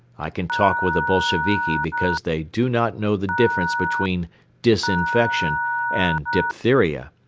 i can talk with the bolsheviki because they do not know the difference between disinfection and diphtheria,